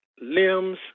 limbs